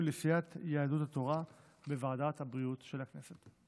לסיעת יהדות התורה בוועדת הבריאות של הכנסת.